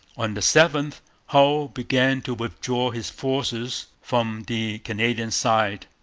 on the seventh hull began to withdraw his forces from the canadian side.